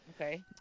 Okay